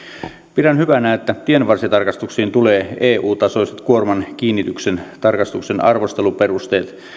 pidän hyvänä että tienvarsitarkastuksiin tulee eu tasoiset kuorman kiinnityksen tarkastuksen arvosteluperusteet